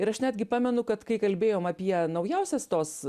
ir aš netgi pamenu kad kai kalbėjom apie naujausias tos